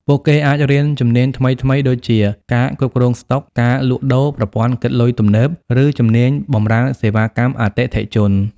ពួកគេអាចរៀនជំនាញថ្មីៗដូចជា ការគ្រប់គ្រងស្តុក ការលក់ដូរ ប្រព័ន្ធគិតលុយទំនើប ឬជំនាញបម្រើសេវាកម្មអតិថិជន។